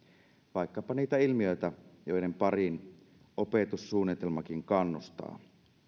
vaikkapa niitä ilmiöitä joiden pariin opetussuunnitelmakin kannustaa